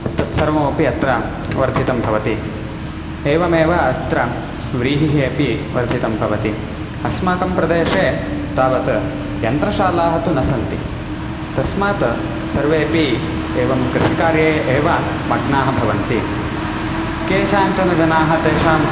तत्सर्वमपि अत्र वर्धितं भवति एवमेव अत्र व्रीहिः अपि वर्धितं भवति अस्माकं प्रदेशे तावत् यन्त्रशालाः तु न सन्ति तस्मात् सर्वेऽपि एवं कृषिकार्ये एव मग्नाः भवन्ति केषाञ्चन जनाः तेषाम्